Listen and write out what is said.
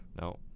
No